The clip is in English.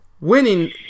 winning